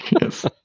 Yes